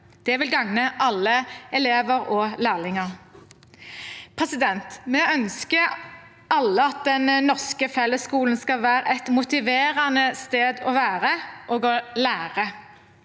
Det vil gagne alle elever og lærlinger. Vi ønsker alle at den norske fellesskolen skal være et motiverende sted å være og å lære.